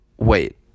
Wait